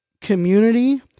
community